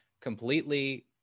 completely